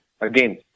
Again